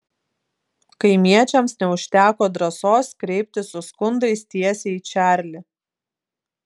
kaimiečiams neužteko drąsos kreiptis su skundais tiesiai į čarlį